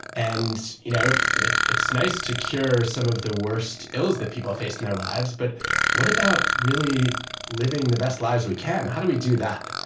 and you know like it's nice to cure some of the worst ills that people face in their lives, but what about really living the best lives we can? how do we do that?